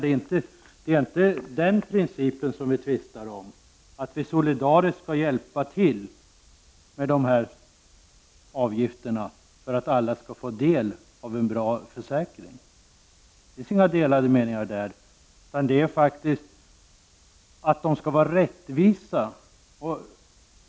Vi tvistar inte om principen att vi solidariskt skall hjälpa till med dessa avgifter för att alla skall få del av en bra försäkring. Det finns inga delade meningar där. Men de skall faktiskt vara rättvisa.